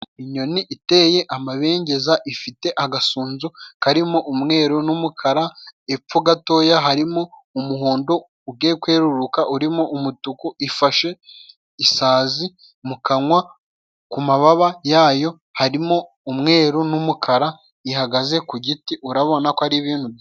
Inyoni iteye amabengeza ifite agasunzu karimo umweru n'umukara epfo gatoya harimo umuhondo ugiye kweruruka urimo umutuku ifashe isazi mu kanwa ku mababa yayo harimo umweru n'umukara ihagaze ku giti urabona ko ari ibintu byi